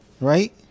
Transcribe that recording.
right